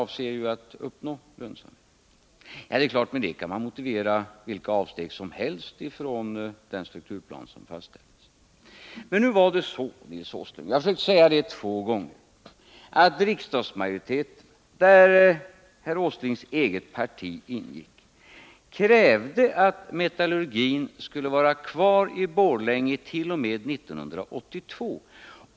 Men på det sättet kan man motivera vilka avsteg som helst från den fastställda strukturplanen. Nu är det emellertid så, Nils Åsling — jag har sagt det två gånger — att riksdagsmajoriteten, i vilken också herr Åslings parti ingick, krävde att metallurgin skulle vara kvar i Borlänge t.o.m. 1982.